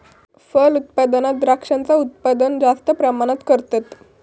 फलोत्पादनात द्रांक्षांचा उत्पादन जास्त प्रमाणात करतत